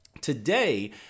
Today